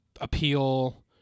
appeal